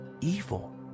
evil